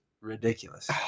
ridiculous